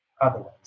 otherwise